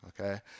Okay